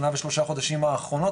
שנה ושלושה חודשים האחרונות,